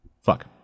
fuck